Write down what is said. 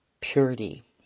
purity